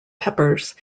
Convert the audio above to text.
peppers